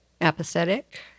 Apathetic